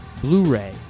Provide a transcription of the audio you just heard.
Blu-ray